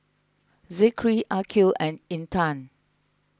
Zikri Aqil and Intan